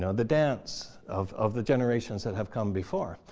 the dance of of the generations that have come before.